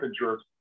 insurance